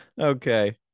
Okay